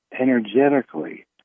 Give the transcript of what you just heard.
energetically